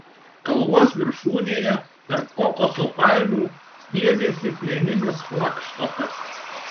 kalvos viršūnėje tarp kokoso palmių stiebėsi plieninis flagštokas